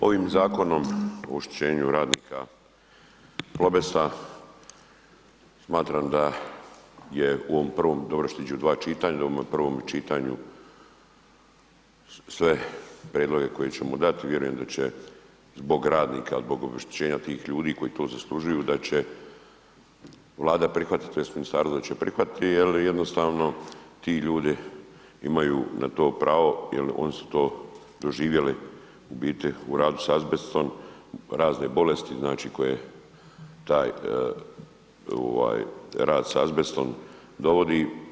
Ovim Zakonom o obeštećenju radnika Plobesta smatram da je u ovom prvom, dobro je što iđu dva čitanja, da je u ovom prvom čitanju sve prijedloge koje ćemo dat vjerujem da će zbog radnika, zbog obeštećenja tih ljudi koji to zaslužuju, da će Vlada prihvatiti tj. da će ministarstvo prihvatiti jel jednostavno ti ljudi imaju na to pravo, jel oni su to doživjeli u biti u radu s azbestom razne bolesti, znači koje taj rad s azbestom dovodi.